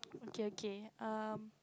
okay okay um